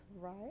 right